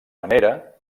manera